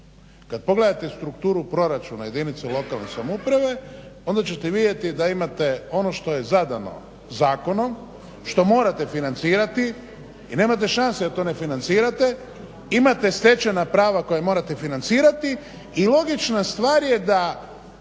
Kad pogledate strukturu proračuna jedinice lokalne samouprave, onda ćete vidjeti da imate ono što je zadano zakonom, što morate financirati, i nemate šanse da to ne financirate, imate stečena prava koja morate financirati i logična stvar je da